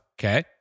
Okay